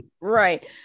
right